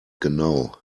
genau